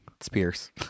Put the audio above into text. Spears